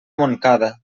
montcada